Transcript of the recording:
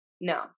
No